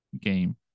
game